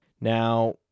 Now